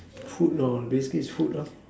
food basically food